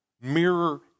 mirror